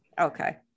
okay